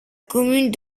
commune